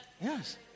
Yes